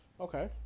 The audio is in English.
Okay